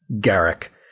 Garrick